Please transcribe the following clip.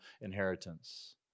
inheritance